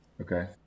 Okay